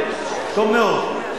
טוב מאוד.